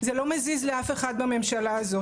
זה לא מזיז לאף אחד בממשלה הזאת,